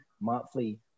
monthly